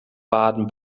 baden